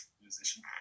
musician